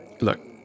Look